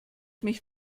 mich